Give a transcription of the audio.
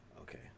okay